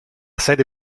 sede